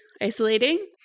isolating